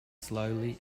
slowly